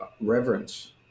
reverence